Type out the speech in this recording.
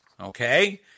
okay